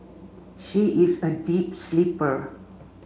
she is a deep sleeper